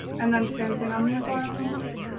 and then same thing on these ones.